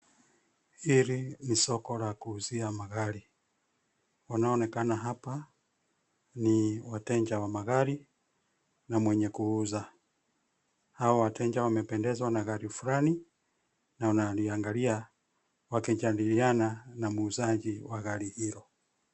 Hili ni soko la kuuzia magari. Wanaonekana hapa ni wateja wa magari na mwenye kuuza. Hawa wateja wamependezwa na gari fulani, na wanaliangalia wakijadiliana na muuzaji wa gari hilo.